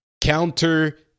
counter